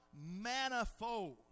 manifold